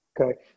Okay